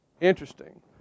Interesting